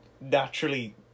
naturally